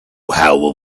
will